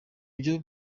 byo